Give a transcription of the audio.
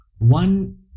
One